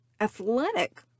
athletic